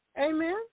Amen